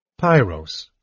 Pyros